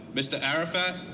mr. arafat,